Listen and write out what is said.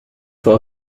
for